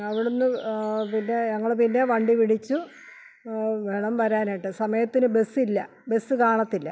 അവിടെ നിന്ന് പിന്നെ ഞങ്ങൾ പിന്നെ വണ്ടി പിടിച്ചു വേണം വരാനായിട്ട് സമയത്തിന് ബസ്സില്ല ബസ് കാണത്തില്ല